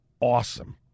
awesome